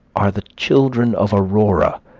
are the children of aurora,